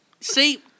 See